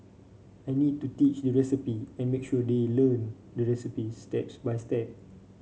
I need to teach the recipe and make sure they learn the recipes steps by step